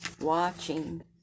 Watching